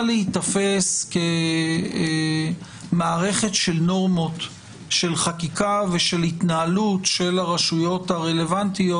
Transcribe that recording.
להיתפס כמערכת של נורמות של חקיקה ושל התנהלות של הרשויות הרלוונטיות,